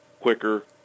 quicker